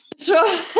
Sure